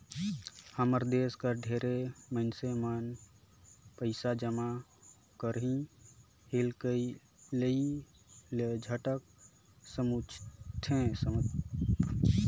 हमर देस कर ढेरे मइनसे मन पइसा जमा करई हिंकलई ल झंझट समुझथें